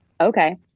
okay